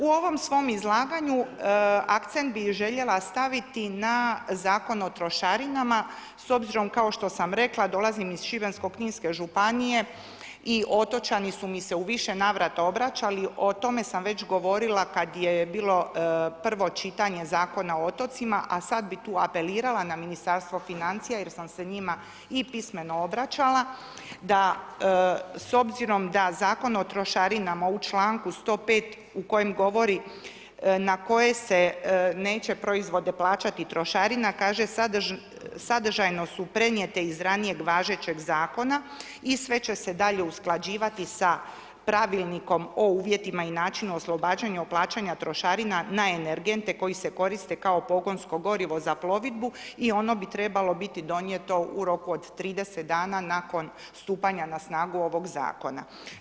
U ovom svom izlaganju akcent bih željela staviti na Zakon o trošarinama s obzirom kao što sam rekla, dolazim iz Šibensko—ninske županije i otočani su mi se u više navrata obraćali, o tome sam već govorila kada je bilo prvo čitanje Zakona o otocima a sada bih tu apelirala na Ministarstvo financija jer sam se njima i pismeno obraćala da s obzirom da Zakon o trošarinama u članku 105. u kojem govori na koje se neće proizvode plaćati trošarina kaže sadržajno su prenijete iz ranijeg važećeg zakona i sve će se dalje usklađivati sa pravilnikom o uvjetima i načinom oslobađanja o plaćanju trošarina na energente koji se koriste kao pogonsko gorivo za plovidbu i ono bi trebalo biti donijeto u roku od 30 dana nakon stupanja na snagu ovog zakona.